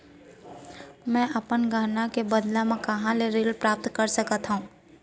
मै अपन गहना के बदला मा कहाँ ले ऋण प्राप्त कर सकत हव?